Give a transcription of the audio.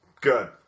Good